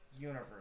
universe